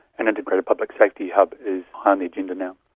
an integrated public safety hub is high on the agenda now.